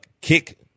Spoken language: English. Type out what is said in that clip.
kick